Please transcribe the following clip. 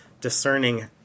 discerning